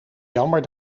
jammer